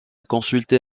consulter